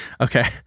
okay